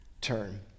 turn